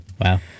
wow